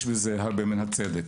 יש בזה הרבה מן הצדק.